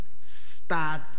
start